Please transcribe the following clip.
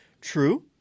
True